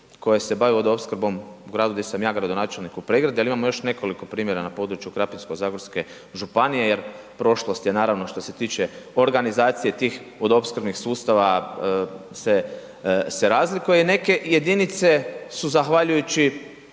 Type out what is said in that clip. koje se bavi vodoopskrbom u gradu gdje sam ja gradonačelnik, u Pregradi, ali imamo još nekoliko primjera na području Krapinsko-zagorske županije jer prošlost je naravno što se tiče organizacije tih vodoopskrbnih sustava se razlikuje i neke jedinice su zahvaljujući